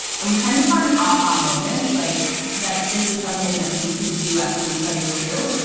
and we kind of had an aha moment like that this is something that we could do at three play, too,